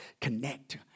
connect